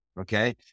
okay